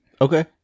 okay